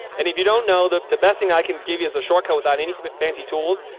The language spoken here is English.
and if you don't know that the best thing i can give you is a shortcut without any smart fancy tools.